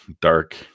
dark